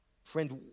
Friend